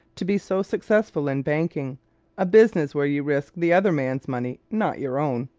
to be so successful in banking a business where you risk the other man's money, not your own.